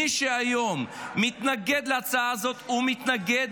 מי שהיום מתנגד להצעה הזאת הוא מתנגד